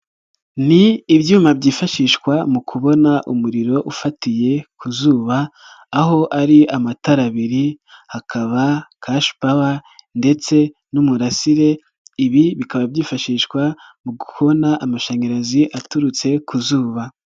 Ni ibyuma byifashishwa mu kubona umuriro ufatiye ku zuba, aho ari amatara abiri hakaba cashpawer ndetse n'umurasire, ibi bikaba byifashishwa mu kubona amashanyarazi aturutse ku zuba.